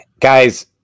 guys